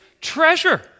treasure